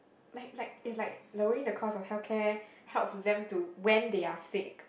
like like is like lowering the cost of healthcare helps them to when they are sick